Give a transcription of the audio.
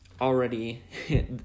already